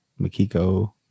Makiko